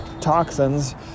toxins